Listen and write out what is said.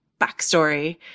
Backstory